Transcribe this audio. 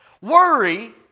Worry